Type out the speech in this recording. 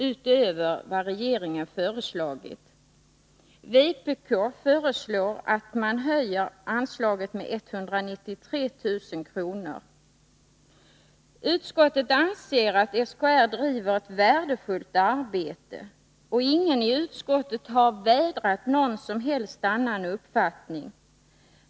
utöver vad regeringen föreslagit. Utskottet anser att SKR bedriver ett värdefullt arbete, och ingen i utskottet har givit uttryck för någon annan uppfattning.